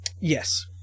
Yes